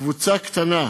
קבוצה קטנה,